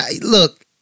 look